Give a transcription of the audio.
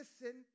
listen